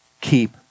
keep